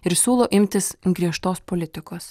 ir siūlo imtis griežtos politikos